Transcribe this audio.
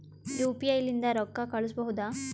UPI ಲಿಂದ ರೊಕ್ಕ ಕಳಿಸಬಹುದಾ?